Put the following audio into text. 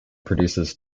produces